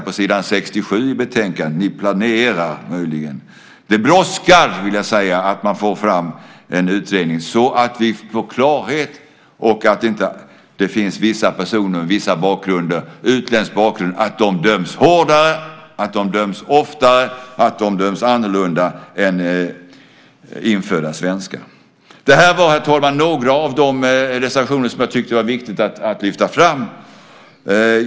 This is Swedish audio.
På s. 67 i betänkandet kan man se att ni möjligen planerar en. Det brådskar att få fram en utredning så att vi får klarhet i om personer med utländsk bakgrund döms hårdare, oftare och annorlunda än infödda svenskar. Herr talman! Detta var några av de reservationer som jag tyckte det var viktigt att lyfta fram.